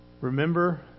Remember